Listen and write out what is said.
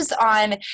on